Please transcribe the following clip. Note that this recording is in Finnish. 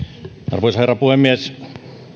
arvoisa herra puhemies